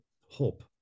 hope